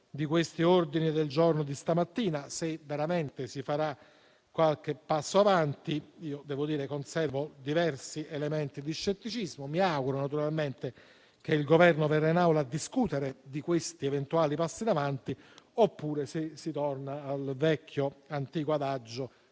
degli ordini del giorno di stamattina, se veramente si farà qualche passo avanti. Devo dire che conservo diversi elementi di scetticismo. Mi auguro naturalmente che il Governo venga in Aula a discutere degli eventuali passi avanti, oppure se si torna all'antico adagio,